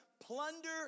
plunder